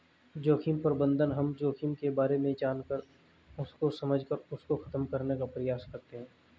जोखिम प्रबंधन हम जोखिम के बारे में जानकर उसको समझकर उसको खत्म करने का प्रयास करते हैं